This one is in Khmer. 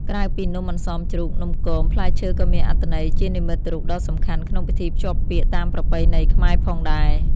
ក្រៅពីនំអន្សមជ្រូក នំគម ផ្លែឈើក៏មានអត្ថន័យជានិមិត្តរូបដ៏សំខាន់ក្នុងពិធីភ្ជាប់ពាក្យតាមប្រពៃណីខ្មែរផងដែរ។